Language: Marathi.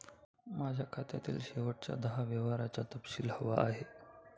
माझ्या खात्यातील शेवटच्या दहा व्यवहारांचा तपशील हवा आहे